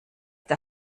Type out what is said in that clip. der